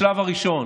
השלב הראשון